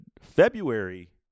February